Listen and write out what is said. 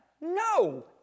No